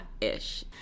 Ish